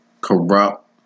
corrupt